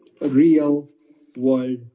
real-world